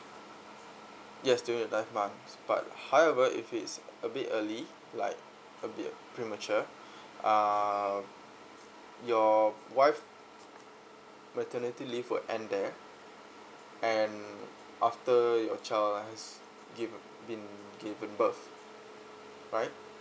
yes during the ninth month but however if it's a bit early like a bit premature err your wife maternity leave will end there and after your child has give been given birth right